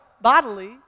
bodily